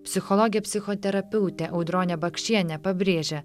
psichologė psichoterapeutė audronė bakšienė pabrėžia